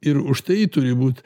ir užtai turi būt